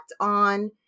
on